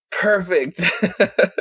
Perfect